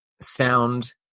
sound